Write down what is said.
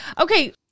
Okay